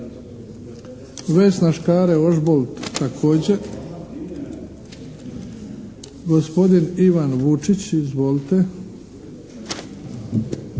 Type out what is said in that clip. Vesna Škare-Ožbolt? Također. Gospodin Ivan Vučić. Izvolite!